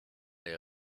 les